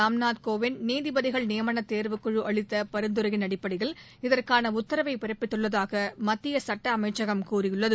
ராம்நாத் கோவிந்த் நீதிபதிகள் நியமனத் தேர்வுக்குழு அளித்த பரிந்துரையின் அடிப்படையில் இதற்கான உத்தரவை பிறப்பித்துள்ளதாக மத்திய சுட்ட அமைச்சகம் தெரிவித்துள்ளது